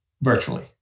virtually